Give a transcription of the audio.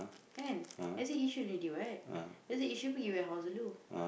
can exit Yishun already what exit Yishun wait you at house alone